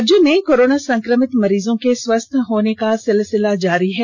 राज्य में कोरोना संक्रमित मरीजों के स्वस्थ होने का सिलसिला जारी है